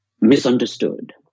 misunderstood